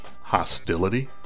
hostility